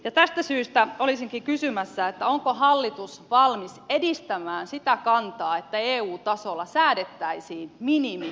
tästä syystä olisinkin kysymässä onko hallitus valmis edistämään sitä kantaa että eu tasolla säädettäisiin minimiyhteisöverokanta